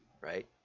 right